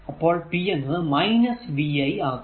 അപ്പോൾ p എന്നത് vi ആകും